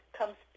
comes